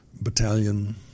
battalion